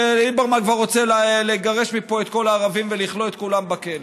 שליברמן כבר רוצה לגרש מפה את כל הערבים ולכלוא את כולם בכלא.